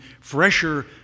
fresher